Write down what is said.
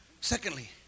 secondly